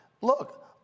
Look